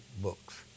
books